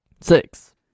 Six